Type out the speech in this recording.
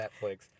Netflix